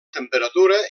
temperatura